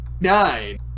nine